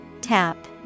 Tap